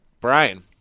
Brian